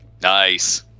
Nice